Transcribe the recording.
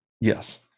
yes